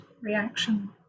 reaction